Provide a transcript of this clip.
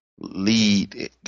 lead